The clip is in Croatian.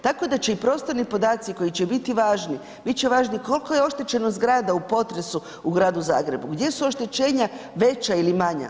Tako da će i prostorni podaci koji će biti važni, bit će važni koliko je oštećeno zgrada u potresu u gradu Zagrebu, gdje su oštećenja veća ili manja.